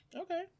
okay